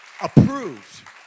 approved